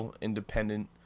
independent